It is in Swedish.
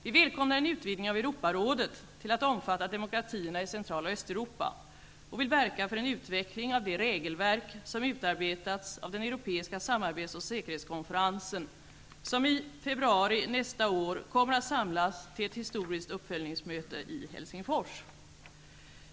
Vi välkomnar en utvidgning av Europarådet till att omfatta demokratierna i Central och Östeuropa och vill verka för en utveckling av det regelverk som utarbetats av den Europeiska samarbets och säkerhetskonferensen som i februari nästa år kommer att samlas till ett historiskt uppföljningsmöte i Helsingfors.